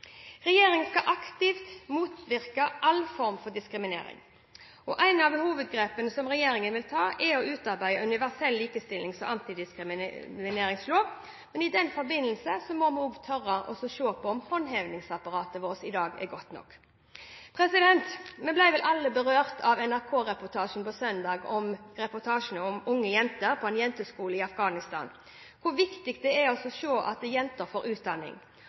Regjeringen skal aktivt motvirke all form for diskriminering, og et av hovedgrepene som regjeringen vil ta, er å utarbeide en universell likestillings- og antidiskrimineringslov. I den forbindelse må vi også tørre å se på om håndhevingsapparatet vårt i dag er godt nok. Vi ble vel alle berørt av NRK-reportasjen på søndag om unge jenter på en jenteskole i Afghanistan – hvor viktig det er å se at jenter får utdanning.